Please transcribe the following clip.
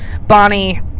Bonnie